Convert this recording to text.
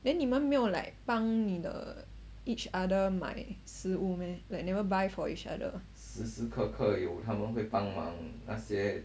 then 你们没有 like 帮你的 each other 买食物 meh like never buy for each other